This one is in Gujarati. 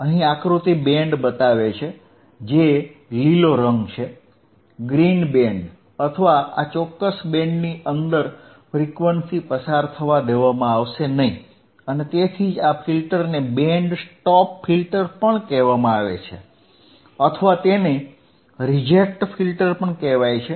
અહીં આકૃતિ બેન્ડ બતાવે છે જે લીલો રંગ છે ગ્રીન બેન્ડ અથવા આ ચોક્કસ બેન્ડની અંદર ફ્રીક્વન્સી પસાર થવા દેવામાં આવશે નહીં અને તેથી જ આ ફિલ્ટરને બેન્ડ સ્ટોપ ફિલ્ટર પણ કહેવામાં આવે છે અથવા તેને રિજેક્ટ કહેવામાં આવે છે